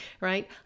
right